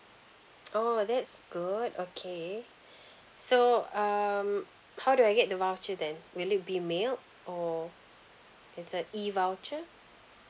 oh that's good okay so um how do I get the voucher then will it be mailed or it's a E voucher